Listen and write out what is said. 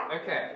Okay